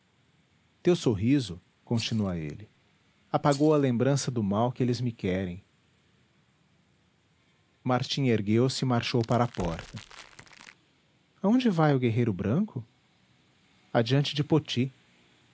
teu sorriso continua ele apagou a lembrança do mal que eles me querem martim ergueu-se e marchou para a porta aonde vai o guerreiro branco adiante de poti